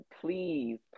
please